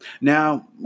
Now